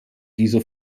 diese